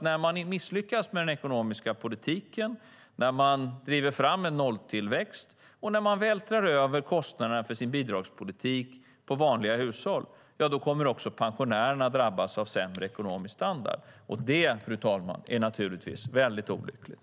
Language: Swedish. När man misslyckas med den ekonomiska politiken, när man driver fram en nolltillväxt och när man vältrar över kostnaderna för sin bidragspolitik på vanliga hushåll kommer också pensionärerna att drabbas av sämre ekonomisk standard. Det, fru talman, är naturligtvis mycket olyckligt.